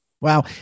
Wow